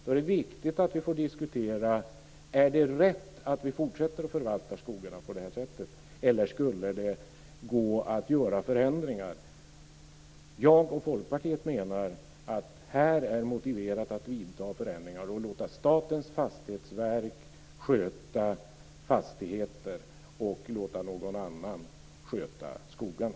Det är viktigt att vi får diskutera: Är det rätt att vi fortsätter att förvalta skogarna på det här sättet, eller skulle det gå att göra förändringar? Jag och Folkpartiet menar att här är det motiverat att vidta förändringar och låta Statens fastighetsverk sköta fastigheter och någon annan sköta skogarna.